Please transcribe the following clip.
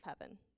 heaven